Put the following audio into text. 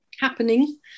happening